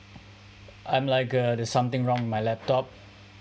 I'm like uh there's something wrong with my laptop